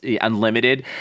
unlimited